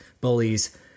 bullies